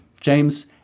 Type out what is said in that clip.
James